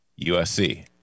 USC